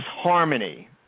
harmony